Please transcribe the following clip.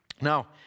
Now